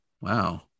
Wow